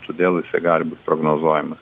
todėl jisai gali būt prognozuojamas